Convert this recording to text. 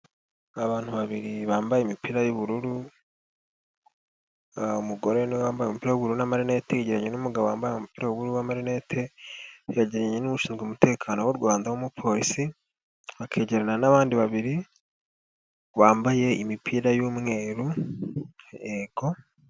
Abantu babiri bambaye imipira y'ubururu umugore niwe wambaye'uburu na amarinete, yegeranye n'umugabo wambaye umupira w'ubururu n'amarinete, yegeranye n'ushinzwe umutekano w'u Rwanda w'umupolisi bakigerana n'abandi babiri bambaye imipira y'umweru yego.